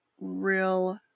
real